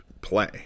play